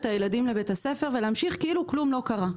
הילדים לבית הספר ולהמשיך כאילו כלום לא קרה.